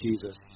Jesus